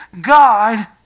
God